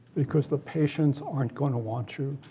because the patients aren't going to want you,